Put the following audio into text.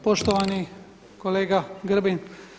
Poštovani kolega Grbin.